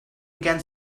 again